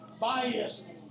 biased